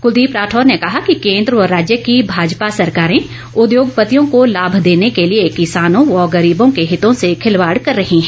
कुलदीप राठौर ने कहा कि केन्द्र व राज्य की भाजपा सरकारें उद्योगपतियों को लाभ देने के लिए किसानों व गरीबों के हितों से खिलवाड़ कर रही हैं